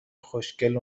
خوشگل